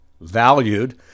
valued